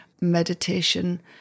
meditation